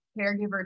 caregiver